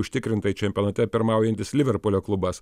užtikrintai čempionate pirmaujantis liverpulio klubas